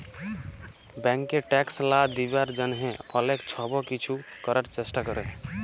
ব্যাংকে ট্যাক্স লা দিবার জ্যনহে অলেক ছব কিছু ক্যরার চেষ্টা ক্যরে